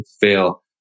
fail